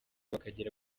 bakagera